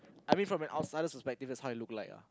I mean from an outsider's perspective that's how it looked like lah